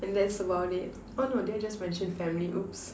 and that's about it oh no did I just mention family oops